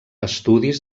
estudis